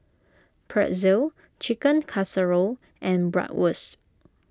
Pretzel Chicken Casserole and Bratwurst